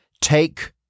Take